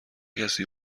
کسی